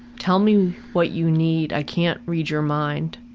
tell me what you need, i can't read your mind!